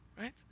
Right